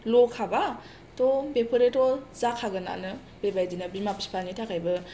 ल'खाबा थ' बेफोरो थ' जाखागोनानो बेबायदिनो बिमा बिफानि थाखायबो